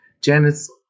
Janet's